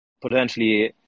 potentially